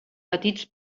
petits